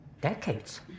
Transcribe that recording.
Decades